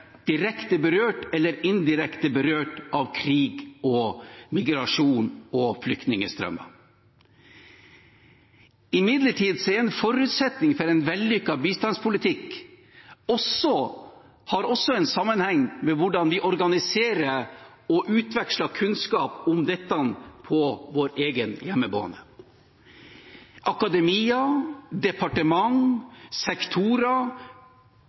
direkte eller indirekte berørt av krig, migrasjon og flyktningstrømmer. Imidlertid er det en forutsetning for en vellykket bistandspolitikk at det også har en sammenheng med hvordan vi organiserer og utveksler kunnskap om dette på vår egen hjemmebane. Akademia, departement, sektorer